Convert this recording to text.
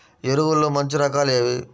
ఎరువుల్లో మంచి రకాలు ఏవి?